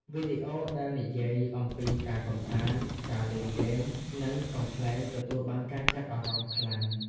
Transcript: វីដេអូដែលនិយាយអំពីការកម្សាន្ត ការលេងហ្គេម និងកំប្លែងទទួលបានការចាប់អារម្មណ៍ខ្លាំង។